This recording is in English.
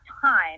time